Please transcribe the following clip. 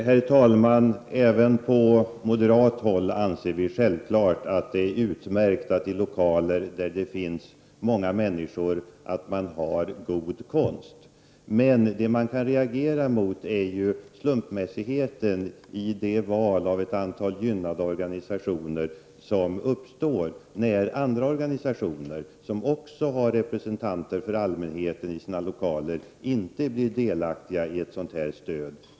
Herr talman! Även på moderat håll anser vi självklart att det är utmärkt att man har god konst i lokaler där det finns många människor. Men man kan reagera mot slumpmässigheten i valet av gynnade organisationer. Andra organisationer, som också har representanter för allmänheten i sina lokaler, blir inte delaktiga i stödet.